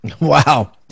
wow